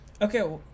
Okay